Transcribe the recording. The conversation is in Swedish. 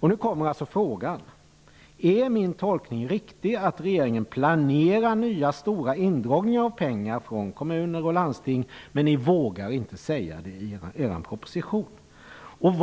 Frågan är alltså: Är min tolkning riktig, att regeringen planerar nya stora indragningar av pengar från kommuner och landsting men att man inte vågar säga det i denna proposition? Vilken